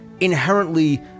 Inherently